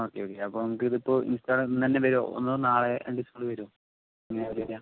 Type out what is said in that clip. okay okay അപ്പോൾ നമുക്കിതിപ്പോൾ install ഇന്ന് തന്നെ വരുമോ ഒന്ന് നാളെ രണ്ട് ദിവസത്തിനുള്ളിൽ വരുമോ